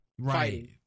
right